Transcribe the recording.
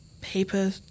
paper